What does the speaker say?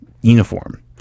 uniform